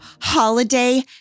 holiday